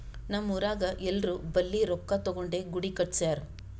ನಮ್ ಊರಾಗ್ ಎಲ್ಲೋರ್ ಬಲ್ಲಿ ರೊಕ್ಕಾ ತಗೊಂಡೇ ಗುಡಿ ಕಟ್ಸ್ಯಾರ್